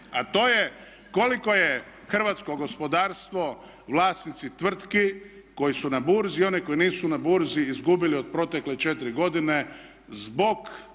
a to je koliko je hrvatsko gospodarstvo, vlasnici tvrtki koji su na burzi i oni koji nisu na burzi izgubili od protekle četiri godine zbog